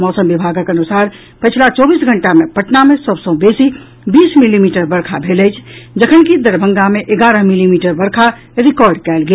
मौसम विभागक अनुसार पछिला चौबीस घंटा मे पटना मे सभ सॅ बेसी बीस मिलीमीटर वर्षा भेल अछि जखनकि दरभंगा मे एगारह मिलीमीटर वर्षा रिकार्ड कयल गेल